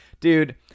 dude